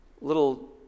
little